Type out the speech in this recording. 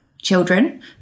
Children